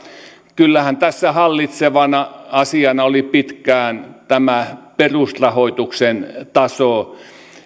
kyllähän tässä hallitsevana asiana oli pitkään tämä perusrahoituksen taso